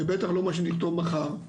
ובטח לא מה שנכתוב מחר.